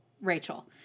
Rachel